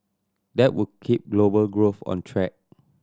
that would keep global growth on track